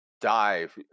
Dive